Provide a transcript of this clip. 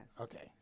okay